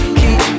keep